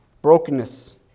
brokenness